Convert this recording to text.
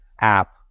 app